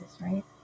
right